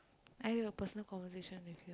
i need to have a personal conversation with you